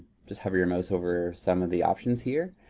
just have your mouse over some of the options here.